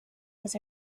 was